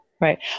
Right